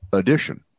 edition